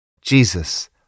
Jesus